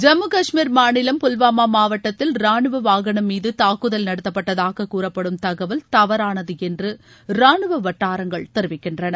ஜம்மு காஷ்மீர் மாநிலம் புல்வாமா மாவட்டத்தில் ராணுவ வாகனம் மீது தூக்குதல் நடத்தப்பட்டதாக கூறப்படும் தகவல் தவறானது என்று ராணுவ வட்டாரங்கள் தெரிவிக்கின்றன